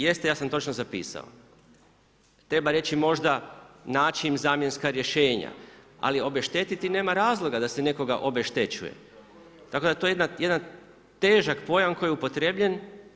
Jeste ja sam točno zapisao, treba reći možda način zamjenska rješenja, ali obeštetiti nema razloga da se nekoga obeštećuje, tako da je to jedan težak pojam koji je upotrjebljen.